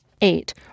Eight